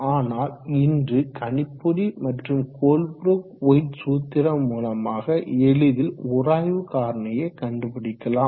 ஆனால் இன்று கணிப்பொறி மற்றும் கோல்ப்ரூக் ஒயிட் சூத்திரம் மூலமாக எளிதில் உராய்வு காரணியை கண்டுபிடிக்கலாம்